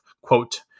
quote